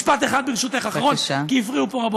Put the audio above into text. משפט אחד, ברשותך, אחרון, כי הפריעו פה רבות.